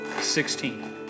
Sixteen